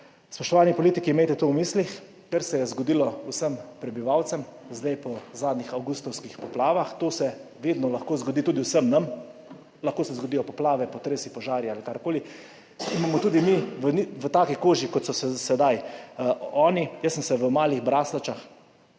Spoštovani politiki, imejte v mislih to, kar se je zgodilo vsem prebivalcem po zadnjih avgustovskih poplavah. To se vedno lahko zgodi tudi vsem nam, lahko se zgodijo poplave, potresi, požari ali karkoli in bomo tudi mi v taki koži, kot so se sedaj oni. Jaz sem se v Malih Braslovčah